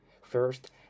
First